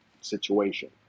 situation